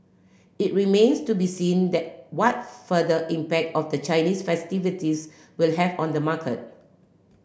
it remains to be seen that what further impact of the Chinese festivities will have on the market